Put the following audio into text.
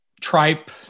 tripe